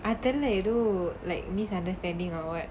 அது தெரில:athu terila like misunderstanding or what